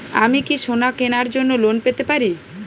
আমি কি সোনা কেনার জন্য লোন পেতে পারি?